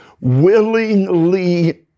willingly